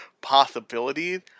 possibilities